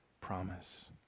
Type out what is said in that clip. promise